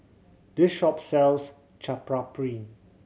this shop sells Chaat Papri